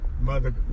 Mother